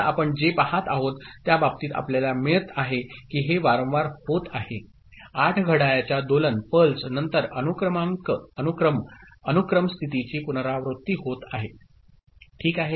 तर आपण जे पाहत आहोत त्या बाबतीत आपल्याला हे मिळत आहे की हे वारंवार होत आहे 8 घड्याळाच्या दोलन पल्स नंतर अनुक्रम स्थितीची पुनरावृत्ती होत आहे ठीक आहे